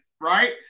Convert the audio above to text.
right